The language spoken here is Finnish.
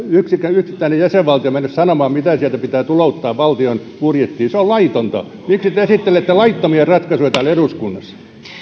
yksittäinen jäsenvaltio mennä sanomaan mitä sieltä pitää tulouttaa valtion budjettiin se on laitonta miksi te esittelette laittomia ratkaisuja täällä eduskunnassa